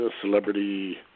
celebrity